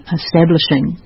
establishing